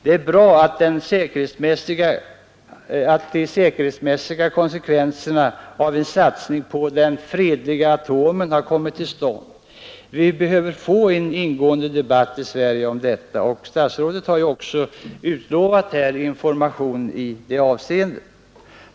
Det är bra att de säkerhetsmässiga konsekvenserna av en satsning på den ”fredliga atomen” har kommit till stånd. Vi behöver få en ingående debatt i Sverige om detta, och statsrådet har också utlovat information i det avseendet.